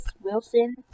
Wilson